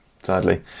sadly